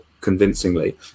convincingly